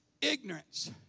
ignorance